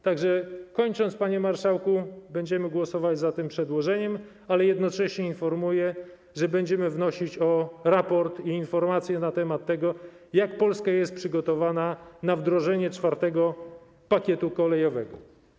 Tak że kończąc, panie marszałku, mówię, że będziemy głosować za tym przedłożeniem, ale jednocześnie informuję, że będziemy wnosić o raport i informację na temat tego, jak Polska jest przygotowana na wdrożenie IV pakietu kolejowego.